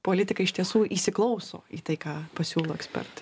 politikai iš tiesų įsiklauso į tai ką pasiūlo ekspertai